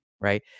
right